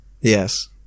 yes